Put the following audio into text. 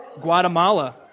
Guatemala